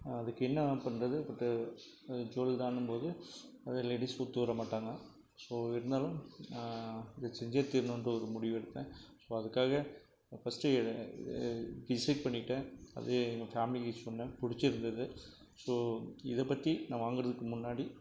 அதுக்கு என்ன பண்ணுறது ஜுவல்தானும்போது அது லேடிஸ் ஒத்துவரமாட்டாங்க ஸோ இருந்தாலும் நான் இதை செஞ்சே தீரணும்ன்ற ஒரு முடிவெடுத்தேன் ஸோ அதுக்காக ஃபஸ்ட்டு டிசைட் பண்ணிட்டேன் அது எங்கள் ஃபேமிலிக்கு சொன்னேன் பிடிச்சிருந்தது ஸோ இதைப் பற்றி நான் வாங்குகிறதுக்கு முன்னாடி